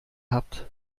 habt